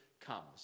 comes